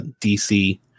DC